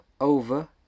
over